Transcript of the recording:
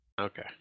Okay